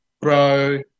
bro